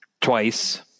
twice